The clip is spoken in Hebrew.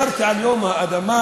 דיברתי על יום האדמה.